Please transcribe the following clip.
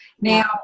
Now